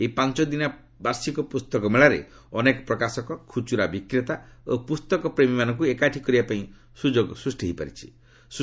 ଏହି ପାଞ୍ଚଦିନିଆ ବାର୍ଷିକ ପୁସ୍ତକମେଳାରେ ଅନେକ ପ୍ରକାଶକ ଖୁଚରା ବିକ୍ରେତା ଓ ପ୍ରସ୍ତକପ୍ରେମୀମାନଙ୍କ ଏକାଠି କରିବାପାଇଁ ସ୍ରଯୋଗ ସୃଷ୍ଟି କରିଥାଏ